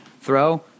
throw